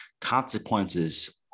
consequences